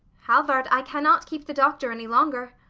halvard, i cannot keep the doctor any longer.